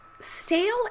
Stale